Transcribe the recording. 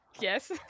Yes